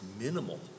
minimal